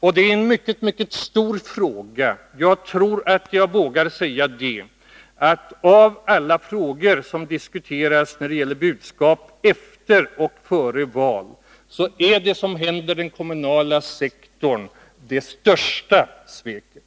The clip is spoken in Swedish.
valet är en mycket stor fråga — jag tror att jag vågar säga att av alla frågor som diskuteras när det gäller budskapen före och efter val, innebär det som händer den kommunala sektorn det största sveket.